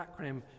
acronym